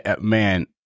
Man